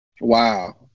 wow